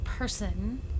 person